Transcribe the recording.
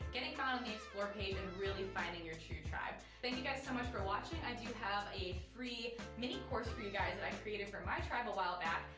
getting found on the explore really finding your true tribe. thank you, guys, so much for watching. i do have a free mini course for you guys that i created for my tribe a while back,